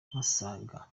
musaga